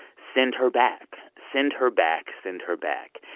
send her back, send her back, send her back.